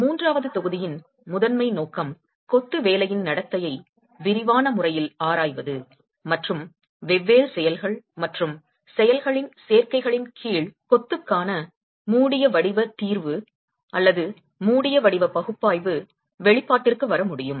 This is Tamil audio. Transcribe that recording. மூன்றாவது தொகுதியின் முதன்மை நோக்கம் கொத்து வேலையின் நடத்தையை விரிவான முறையில் ஆராய்வது மற்றும் வெவ்வேறு செயல்கள் மற்றும் செயல்களின் சேர்க்கைகளின் கீழ் கொத்துக்கான மூடிய வடிவ தீர்வு மூடிய வடிவ பகுப்பாய்வு வெளிப்பாட்டிற்கு வர முடியும்